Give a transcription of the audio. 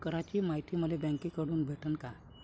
कराच मायती मले बँकेतून भेटन का?